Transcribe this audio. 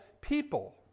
people